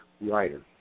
writer